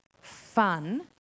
fun